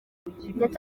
ndetse